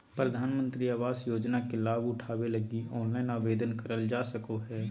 प्रधानमंत्री आवास योजना के लाभ उठावे लगी ऑनलाइन आवेदन करल जा सको हय